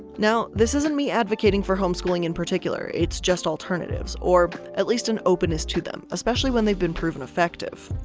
now this isn't me advocating, for homeschooling in particular. it's just alternatives or at least an openness to them, especially when they've been proven effective.